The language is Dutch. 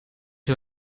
hoe